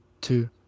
two